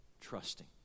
trusting